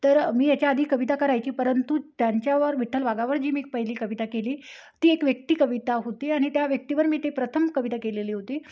तर मी याच्या आधी कविता करायची परंतु त्यांच्यावर विठ्ठल वाघावर जी मी पहिली कविता केली ती एक व्यक्ती कविता होती आणि त्या व्यक्तीवर मी ते प्रथम कविता केलेली होते